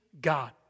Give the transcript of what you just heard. God